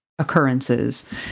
occurrences